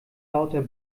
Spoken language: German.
lauter